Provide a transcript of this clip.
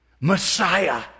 Messiah